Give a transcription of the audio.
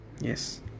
Yes